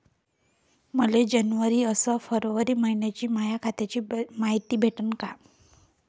मले जनवरी अस फरवरी मइन्याची माया खात्याची मायती भेटन का?